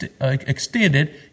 extended